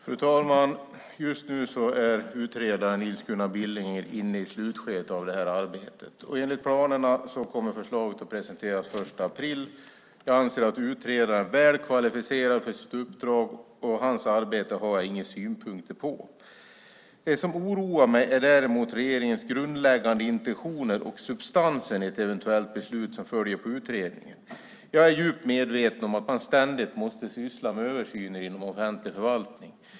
Fru talman! Just nu är utredaren, Nils Gunnar Billinger, inne i slutskedet av det här arbetet, och enligt planerna kommer förslaget att presenteras den 1 april. Jag anser att utredaren är väl kvalificerad för sitt uppdrag, och hans arbete har jag inga synpunkter på. Det som oroar mig är däremot regeringens grundläggande intentioner och substansen i det eventuella beslut som följer på utredningen. Jag är mycket medveten om att man ständigt måste syssla med översyner inom offentlig förvaltning.